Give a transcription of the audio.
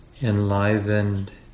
enlivened